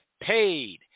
paid